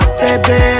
baby